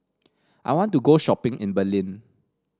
I want to go shopping in Berlin